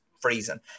freezing